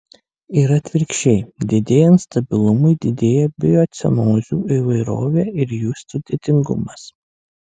ir atvirkščiai didėjant stabilumui didėja biocenozių įvairovė ir jų sudėtingumas